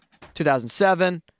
2007